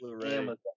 Amazon